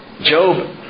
Job